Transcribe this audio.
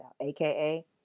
AKA